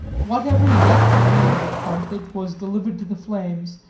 whatever yet remained of carthage was delivered to the flames,